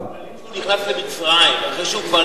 הוא פליט כשהוא נכנס למצרים.